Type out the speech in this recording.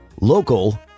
local